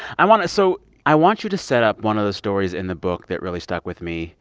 i want to so i want you to set up one of the stories in the book that really stuck with me